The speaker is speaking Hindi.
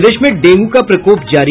प्रदेश में डेंगू का प्रकोप जारी